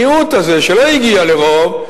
המיעוט הזה שלא הגיע לרוב,